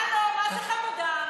הלו, מה זה חמודה?